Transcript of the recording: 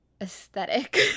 aesthetic